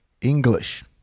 English